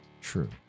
true